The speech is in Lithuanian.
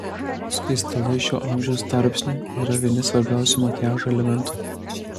skaistalai šiuo amžiaus tarpsniu yra vieni svarbiausių makiažo elementų